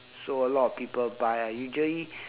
so a lot of people buy ah usually